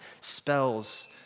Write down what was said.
spells